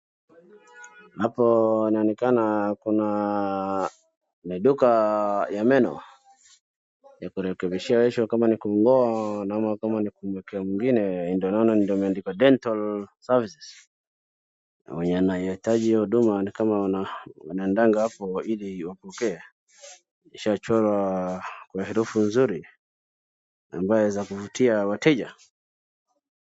Hapo linaonekana kuna ni duka ya meno la kurekebisha kama ni kung'oa lingine ndo maana unaona limeandikwa dental service . Na mwenye anahitaji hiyo huduma ni kama wanaendanga hapo iliwapokee ishachorwa kwa herufi nzuri ambaye za kuvutia wateja.